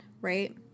right